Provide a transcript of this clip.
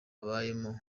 abayemo